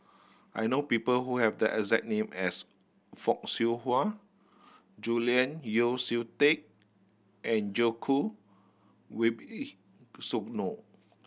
I know people who have the exact name as Fock Siew Wah Julian Yeo See Teck and Djoko